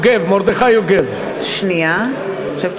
מרדכי יוגב, הצביע.